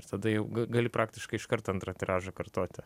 ir tada jau ga gali praktiškai iškart antrą tiražą kartoti